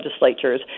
legislatures